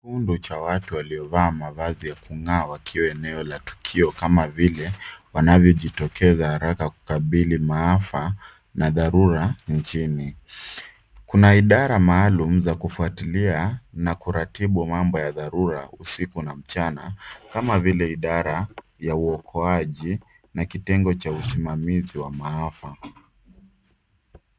Kundi ya watu waliovaa mavazi ya kung'aa wakiwa eneo la tukio kama vile wanavyojitokeza haraka kukabili maafa na dhorura nchini. Kuna idara maalum za kufuatilia na kuratibu mambo ya dhorura usiku na mchana kama vile idara ya uokoaji na kitengo cha usimamizi wa maafa.